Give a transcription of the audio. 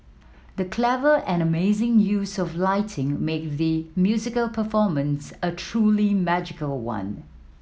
the clever and amazing use of lighting made the musical performance a truly magical one